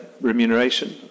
remuneration